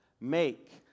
make